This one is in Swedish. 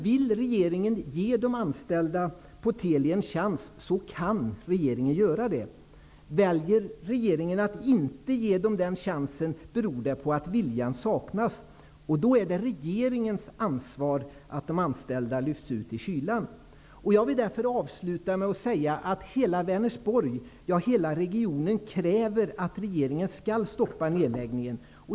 Vill regeringen ge de anställda på Teli en chans, kan regeringen göra det. Väljer regeringen att inte ge dem den chansen, beror det på att viljan saknas. Då är det regeringens ansvar att de anställda lyfts ut i kylan. Hela Vänersborg, hela regionen, kräver att regeringen skall stoppa nedläggningen.